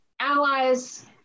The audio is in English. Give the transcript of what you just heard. allies